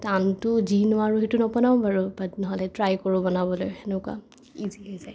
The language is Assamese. টানতো যি নোৱাৰো সেইটো নবনাও বাৰু বাত নহ'লে ট্ৰাই কৰোঁ বনাবলৈ সেনেকুৱা ইজি হৈ যায়